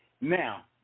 Now